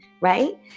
right